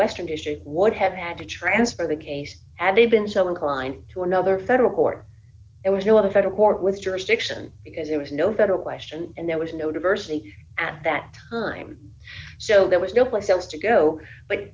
western district would have had to transfer the case and they've been so inclined to another federal court it was not a federal court with jurisdiction because there was no better weston and there was no diversity at that time so there was no place else to go but